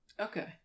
okay